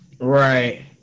Right